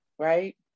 right